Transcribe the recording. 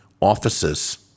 offices